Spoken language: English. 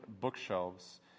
bookshelves